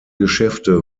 geschäfte